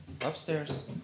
Upstairs